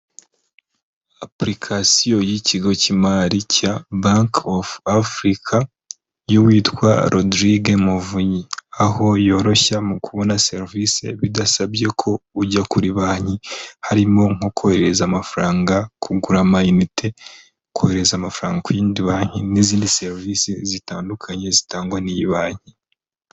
Apurikasiyo y'ikigo cy'imari cya Bank of Africa, y'uwitwa Rodriguez Muvunyi, aho yoroshya mu kubona serivisi bidasabye ko ujya kuri banki, harimo nko kohereza amafaranga, kugura ama inite, kohereza amafaranga ku yindi banki, n'izindi serivisi zitandukanye, zitangwa n'iyi banki.